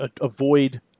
avoid